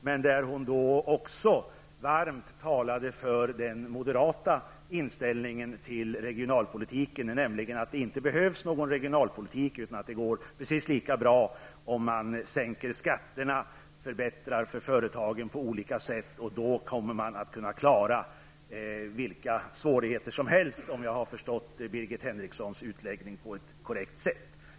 Men hon talade också varmt för den moderata inställningen till regionalpolitiken, nämligen att det inte behövs någon regionalpolitik, utan att det går precis lika bra om man sänker skatterna och förbättrar för företagen på olika sätt. Då kommer man att kunna klara vilka svårigheter som helst, om jag har förstått Birgit Henrikssons utläggning på ett korrekt sätt.